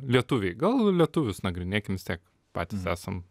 lietuviai gal lietuvius nagrinėkim vis tiek patys esam